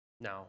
Now